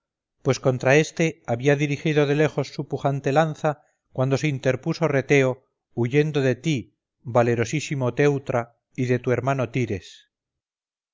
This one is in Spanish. pues contra este había dirigido de lejos su pujante lanza cuando se interpuso reteo huyendo de ti valerosísimo teutra y de tu hermano tires